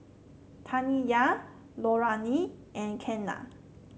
Taniyah Lorayne and Kenan